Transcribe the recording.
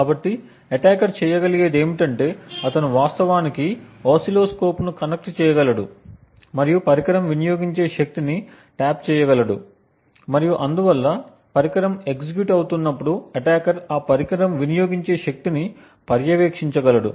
కాబట్టి అటాకర్ చేయగలిగేది ఏమిటంటే అతను వాస్తవానికి ఓసిల్లోస్కోప్ను కనెక్ట్ చేయగలడు మరియు పరికరం వినియోగించే శక్తిని టాప్ చేయగలడు మరియు అందువల్ల పరికరం ఎగ్జిక్యూట్ అవుతున్నప్పుడు అటాకర్ ఆ పరికరం వినియోగించే శక్తిని పర్యవేక్షించగలడు